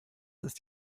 ist